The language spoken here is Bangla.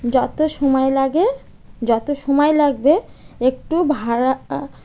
যতো সময় লাগে যতো সময় লাগবে একটু ভাড়া